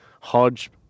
Hodge